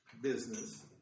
business